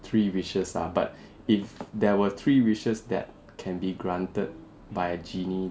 three wishes lah but if there were three wishes that can be granted by a genie